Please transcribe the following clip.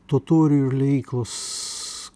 totorių ir liejyklos